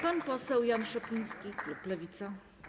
Pan poseł Jan Szopiński, klub Lewica.